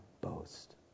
boast